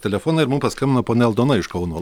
telefonai ir mum paskambino ponia aldona iš kauno